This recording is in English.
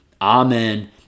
Amen